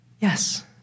Yes